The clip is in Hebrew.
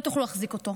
לא תוכלו להחזיק אותו.